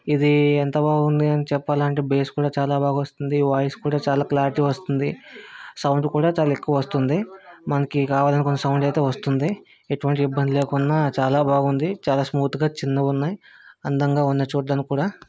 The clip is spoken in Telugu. ఇది ఎంత బాగుంది అని చెప్పాలి అంటే బేస్ కూడా చాలా బాగా వస్తుంది వాయిస్ కూడా చాలా క్లారిటీ వస్తుంది సౌండ్ కూడా చాలా ఎక్కువ వస్తుంది మనకి కావాలనుకున్న సౌండ్ అయితే వస్తుంది ఎటువంటి ఇబ్బంది లేకుండా చాలా బాగుంది చాలా స్మూత్గా చిన్నగా ఉన్నాయి అందంగా ఉన్నాయి చూడడానికి కూడా